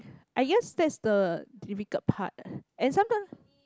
I guess that's the difficult part and sometimes